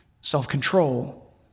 self-control